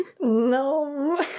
No